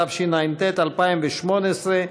התשע"ט 2018,